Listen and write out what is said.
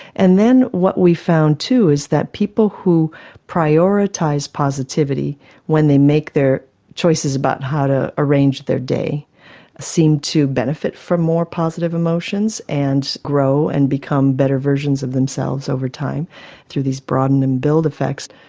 and then what we found too is that people who prioritise positivity when they make their choices about how to arrange their day seem to benefit from more positive emotions and grow and become better versions of themselves over time through these broaden and build effects.